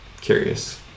Curious